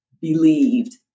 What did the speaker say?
believed